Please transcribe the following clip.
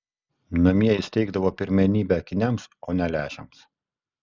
namie jis teikdavo pirmenybę akiniams o ne lęšiams